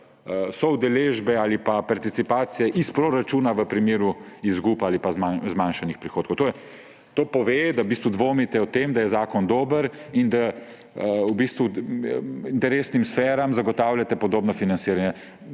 soudeležbe ali pa participacije iz proračuna v primeru izgub ali pa zmanjšanih prihodkov. To pove, da v bistvu dvomite o tem, da je zakon dober, in da v bistvu interesnim sferam zagotavljate podobno financiranje.